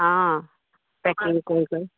অঁ পেকিং কৰি কৰি